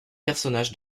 personnages